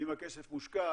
אם הכסף מושקע